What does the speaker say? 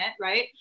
right